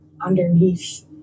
underneath